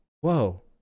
whoa